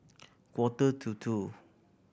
quarter to two